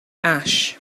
ash